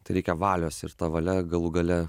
tai reikia valios ir ta valia galų gale